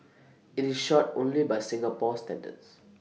IT is short only by Singapore standards